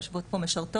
יושבת פה משרתות,